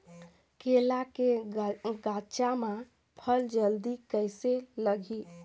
केला के गचा मां फल जल्दी कइसे लगही?